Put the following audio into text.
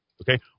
okay